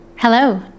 Hello